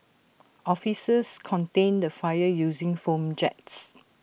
officers contained the fire using foam jets